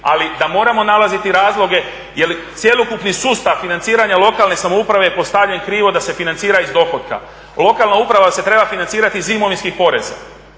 ali da moramo nalaziti razloge jel cjelokupni sustav financiranja lokalne samouprave je krivo da se financira iz dohotka. Lokalna uprava se treba financirati iz imovinskih poreza